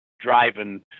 driving